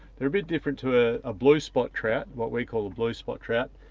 they're a bit different to ah a blue spot trout, what we call a blue spot trout.